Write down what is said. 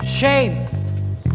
Shame